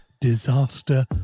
Disaster